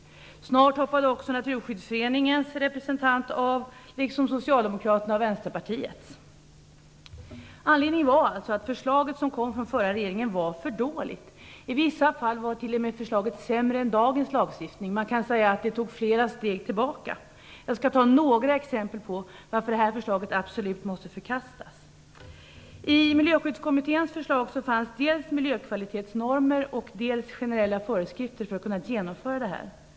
Snart hoppade också Naturskyddsföreningens representant. Detsamma gjorde Socialdemokraternas och Vänsterpartiets representanter. Anledningen var alltså att förra regeringens förslag var för dåligt. I vissa fall var förslaget t.o.m. sämre än dagens lagstiftning. Man kan säga att det blev flera steg tillbaka. Jag skall ge några exempel för att visa varför det här förslaget absolut måste förkastas. I Miljöskyddskommitténs förslag fanns dels miljökvalitetsnormer, dels generella föreskrifter för att kunna genomföra det här.